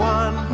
one